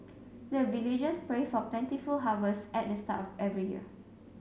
the villagers pray for plentiful harvest at the start of every year